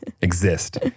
Exist